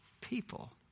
people